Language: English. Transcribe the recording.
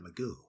Magoo